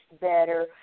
better